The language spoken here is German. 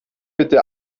bitte